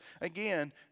again